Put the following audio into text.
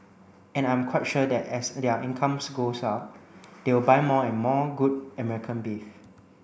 and I'm quite sure that as their incomes goes up they will buy more and more good American beef